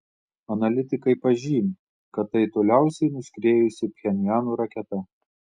analitikai pažymi kad tai toliausiai nuskriejusi pchenjano raketa